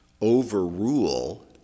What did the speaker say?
overrule